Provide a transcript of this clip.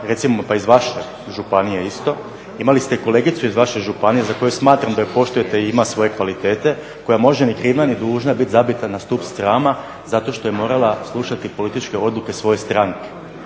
recimo pa iz vaše županije isto, imali ste kolegicu iz vaše županije za koju smatram da ju poštujete i ima svoje kvalitete koja može ni kriva ni dužna biti zabita na stup srama zato što je morala slušati političke odluke svoje stranke.